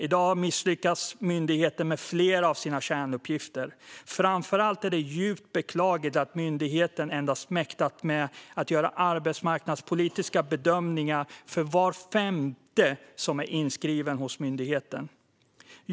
I dag misslyckas myndigheten med flera av sina kärnuppgifter. Framför allt är det djupt beklagligt att myndigheten endast mäktat med att göra arbetsmarknadspolitiska bedömningar för var femte som är inskriven hos myndigheten.